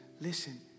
Listen